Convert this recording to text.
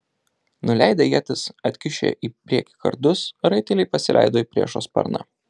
nuleidę ietis atkišę į priekį kardus raiteliai pasileido į priešo sparną